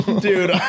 Dude